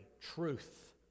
truth